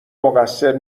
مقصر